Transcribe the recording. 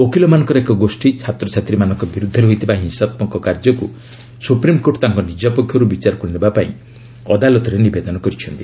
ଓକିଲମାନଙ୍କର ଏକ ଗୋଷ୍ଠୀ ଛାତ୍ରଛାତ୍ରୀମାନଙ୍କ ବିରୁଦ୍ଧରେ ହୋଇଥିବା ହିଂସାତ୍ମକ କାର୍ଯ୍ୟକୁ ସୁପ୍ରିମକୋର୍ଟ ତାଙ୍କ ନିଜ ପକ୍ଷରୁ ବିଚାରକୁ ନେବାପାଇଁ ଅଦାଲତରେ ନିବେଦନ କରିଛନ୍ତି